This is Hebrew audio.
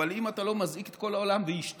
אבל אם אתה לא מזעיק את כל העולם ואשתו,